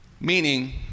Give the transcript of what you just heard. meaning